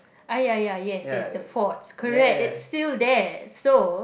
ah ya ya yes yes the forts correct it's still there so